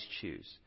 choose